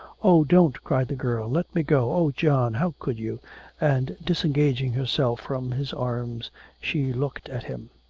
oh, don't cried the girl, let me go oh, john, how could you and disengaging herself from his arms she looked at him.